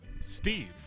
Steve